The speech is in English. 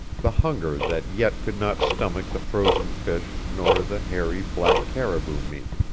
the hunger that yet could not stomach the frozen fish nor the hairy, black caribou meat.